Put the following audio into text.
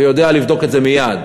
ויודע לבדוק את זה מייד.